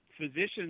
Physicians